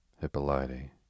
Hippolyte